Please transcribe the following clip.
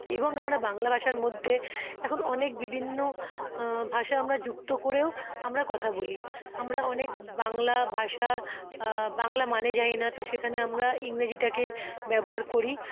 এবং আমরা বাংলা ভাষার মধ্যে এখন অনেক বিভিন্ন ভাষা আমরা যুক্ত করেও আমরা কথা বলি আমরা অনেক বাংলা ভাষার বাংলা মানে জানি না তো সেখানে আমরা ইংরেজিটাকে ব্যবহার করি